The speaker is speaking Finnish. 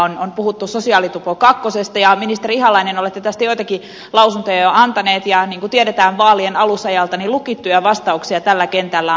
on puhuttu sosiaalitupo kakkosesta ja ministeri ihalainen olette tästä joitakin lausuntoja jo antanut ja niin kuin tiedetään vaalien alusajalta lukittuja vastauksia tällä kentällä on paljon